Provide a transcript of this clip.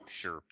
Sure